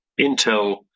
Intel